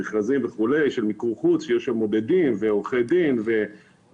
המכרזים וכולי של מיקור חוץ כאשר יש שם מודדים ועורכי דין - כאשר